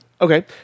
Okay